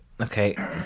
Okay